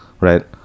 right